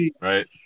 Right